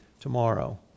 tomorrow